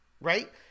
right